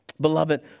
Beloved